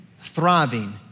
thriving